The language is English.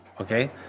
Okay